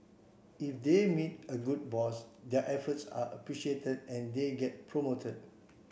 if they meet a good boss their efforts are appreciated and they get promoted